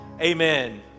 Amen